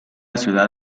ciudad